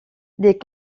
des